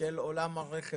של עולם הרכב